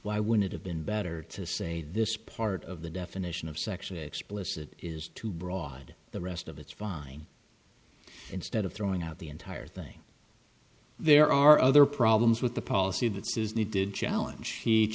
why would it have been better to say this part of the definition of sexually explicit is too broad the rest of it's fine instead of throwing out the entire thing there are other problems with the policy that says needed challenge the